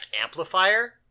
amplifier